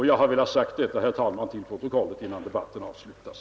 Jag har velat få detta antecknat till protokollet, herr talman, innan debatten avslutas.